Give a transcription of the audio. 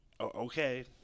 Okay